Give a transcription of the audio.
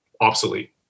obsolete